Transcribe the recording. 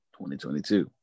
2022